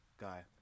guy